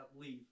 Leave